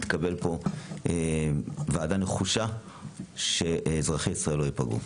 היא תקבל כאן ועדה נחושה כדי שאזרחי ישראל לא ייפגעו.